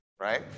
right